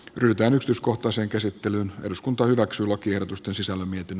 pryt ennustuskohtaiseen käsittelyyn eduskunta hyväksyy lakiehdotusta sisällä miten